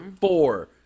four